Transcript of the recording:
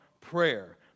prayer